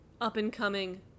up-and-coming